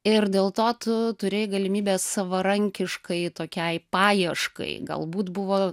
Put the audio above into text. ir dėl to tu turėjai galimybę savarankiškai tokiai paieškai galbūt buvo